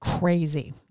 crazy